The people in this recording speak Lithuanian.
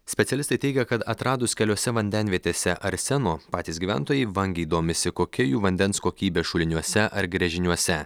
specialistai teigia kad atradus keliose vandenvietėse arseno patys gyventojai vangiai domisi kokia jų vandens kokybė šuliniuose ar gręžiniuose